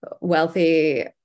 wealthy